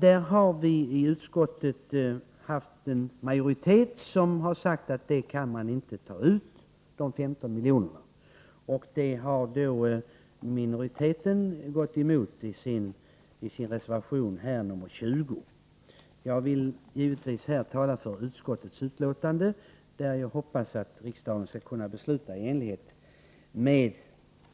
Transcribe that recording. Där har vi i utskottet haft en majoritet som har sagt att de 15 miljonerna kan man inte ta ut. Det har då minoriteten gått emot i sin reservation nr 20. Jag vill givetvis här tala för utskottets hemställan, och jag hoppas att riksdagen skall kunna besluta i enlighet med